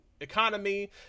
economy